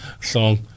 song